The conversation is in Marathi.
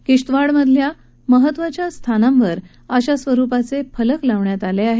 किश्तवारमधील महत्वाच्या स्थळांवर अशा स्वरुपाचे फलक लावण्यात आले आहेत